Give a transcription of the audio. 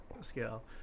scale